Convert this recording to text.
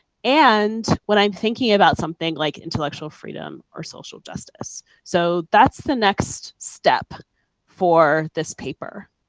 and when i am thinking about something, like intellectual freedom or social justice. so that's the next step for this paper.